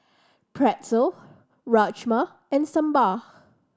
Pretzel Rajma and Sambar